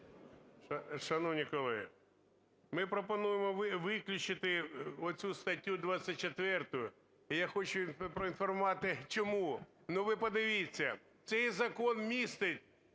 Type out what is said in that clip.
Шановні колеги, ми пропонуємо виключити оцю статтю 24. Я хочу проінформувати, чому. Ну, ви подивіться, цей закон містить